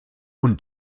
und